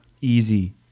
easy